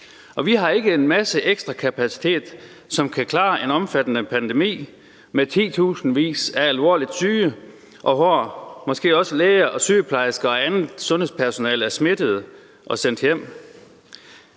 vi har ikke en masse ekstra kapacitet, som kan klare en omfattende pandemi med titusindvis af alvorligt syge, og hvor måske også læger og sygeplejersker og andet sundhedspersonale er smittede og sendt hjem.